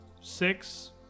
six